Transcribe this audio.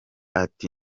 ati